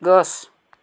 গছ